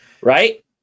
Right